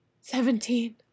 Seventeen